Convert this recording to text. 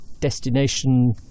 destination